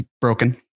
broken